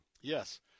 yes